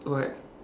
what